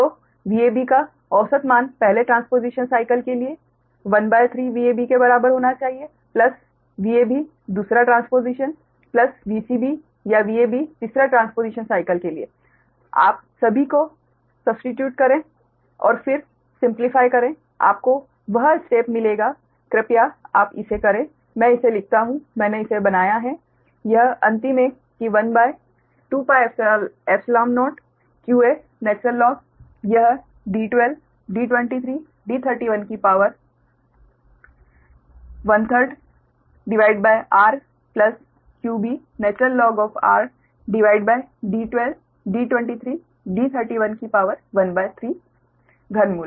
तो Vab का औसत मान पहले ट्रांसपोजिशन साइकल के लिए 13Vab के बराबर होना चाहिए प्लस Vab दूसरा ट्रांसपोजिशन प्लस Vcb या Vab तीसरा ट्रांसपोजिशन साइकल के लिए आप सभी को प्रतिस्थापित करें और फिर सरलीकृत करें आपको वह स्टेप मिलेगा कृपया आप इसे करे मैं इसे लिखता हूं मैंने इसे बनाया है यह अंतिम एक कि 12πϵ0qa In यह D12 D23 D31 की पावर एक तिहाई विभाजित r प्लस qbr13 घनमूल